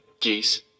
geese